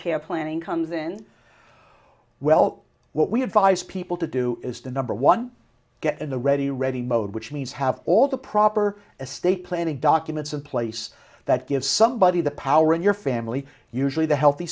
care planning comes in well what we have five people to do is to number one get in the ready ready mode which means have all the proper estate planning documents in place that give somebody the power in your family usually the healthy